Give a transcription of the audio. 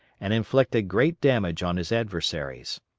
and inflicted great damage on his adversaries.